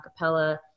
acapella